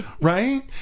right